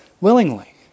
willingly